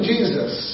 Jesus